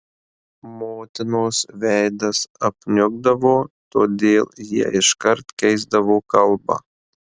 motinos veidas apniukdavo todėl jie iškart keisdavo kalbą